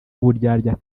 uburyarya